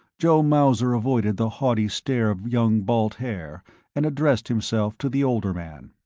joe mauser avoided the haughty stare of young balt haer and addressed himself to the older man.